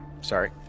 sorry